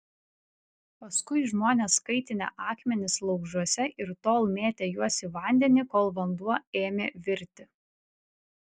paskui žmonės kaitinę akmenis laužuose ir tol mėtę juos į vandenį kol vanduo ėmė virti